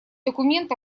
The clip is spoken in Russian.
документ